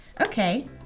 Okay